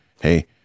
hey